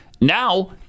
Now